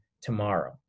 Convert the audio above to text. tomorrow